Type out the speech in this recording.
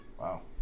Wow